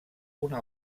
una